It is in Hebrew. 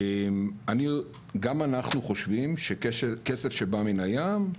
גם אנחנו חושבים שכסף שבא מן הים,